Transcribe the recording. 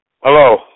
Hello